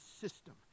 system